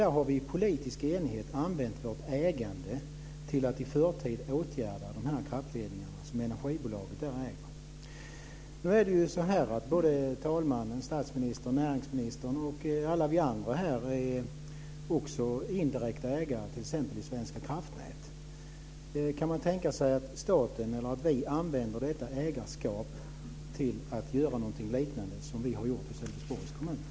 Där har vi i politisk enighet använt vårt ägande till att i förtid åtgärda de här kraftledningarna, som energibolaget där äger. Nu är det ju så att talmannen, statsministern, näringsministern och alla vi andra här också är indirekta ägare t.ex. i Svenska kraftnät. Kan man tänka sig att staten, eller vi, använder detta ägarskap till att göra någonting liknande som det vi har gjort i Sölvesborgs kommun?